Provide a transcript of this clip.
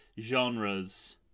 genres